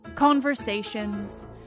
Conversations